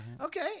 Okay